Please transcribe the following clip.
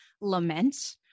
lament